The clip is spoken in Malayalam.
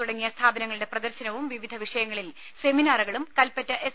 തുടങ്ങിയ സ്ഥാപനങ്ങളുടെ പ്രദർശനവും വിവിധ വിഷയങ്ങളിൽ സെമിനാറുകളും കൽപ്പറ്റ എസ്